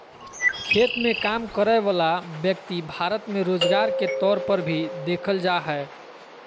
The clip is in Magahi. खेत मे काम करय वला व्यक्ति भारत मे रोजगार के तौर पर भी देखल जा हय